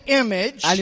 image